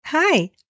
Hi